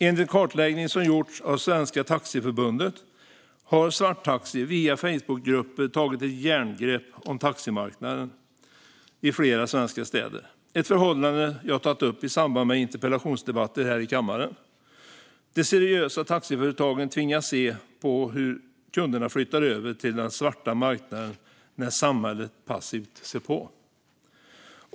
Enligt en kartläggning som gjorts av Svenska Taxiförbundet har svarttaxi via Facebookgrupper tagit ett järngrepp om taximarknaden i flera svenska städer. Det är ett förhållande jag har tagit upp i samband med interpellationsdebatter här i kammaren. De seriösa taxiföretagen tvingas se på hur kunderna flyttar över till den svarta marknaden när samhället passivt ser på.